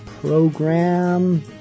program